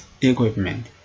equipment